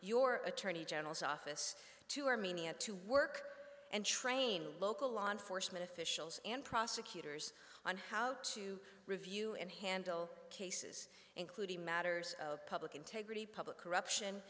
your attorney general's office to armenia to work and train local law enforcement officials and prosecutors on how to review and handle cases including matters of public integrity public corruption